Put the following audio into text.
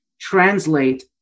translate